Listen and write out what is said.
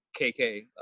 kk